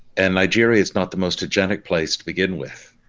and nigeria is not the most hygienic place to begin with.